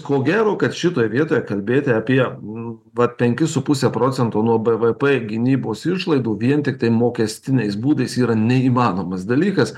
ko gero kad šitoj vietoje kalbėti apie nu va penkis su puse procento nuo bvp ir gynybos išlaidų vien tiktai mokestiniais būdais yra neįmanomas dalykas